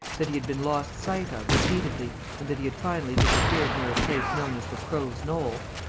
that he had been lost sight of repeatedly and that he had finally disappeared near a place known as the crows' knoll,